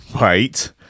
wait